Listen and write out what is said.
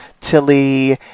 Tilly